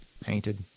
painted